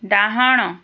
ଡ଼ାହାଣ